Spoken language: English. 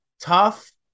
tough